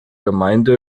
gemeinde